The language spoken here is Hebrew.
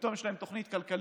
ופתאום יש להם תוכנית כלכלית,